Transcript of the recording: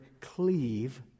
cleave